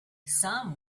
some